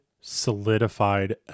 solidified